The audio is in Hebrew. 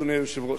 אדוני היושב-ראש.